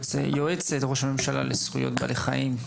יועצת ראש הממשלה לזכויות בעלי חיים,